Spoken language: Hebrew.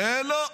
זה לא.